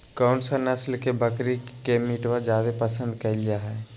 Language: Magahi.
कौन सा नस्ल के बकरी के मीटबा जादे पसंद कइल जा हइ?